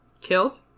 Killed